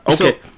Okay